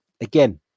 again